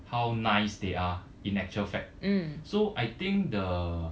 how nice they are in actual fact so I think the